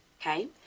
Okay